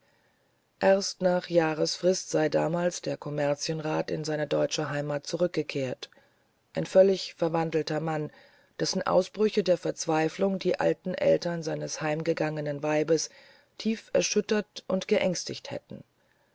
erst nach jahresfrist sei damals der kommerzienrat in seine deutsche heimat zurückgekehrt ein völlig verwandelter mann dessen ausbrüche der verzweiflung die alten eltern seines heimgegangenen weibes tief erschüttert und geängstigt hätten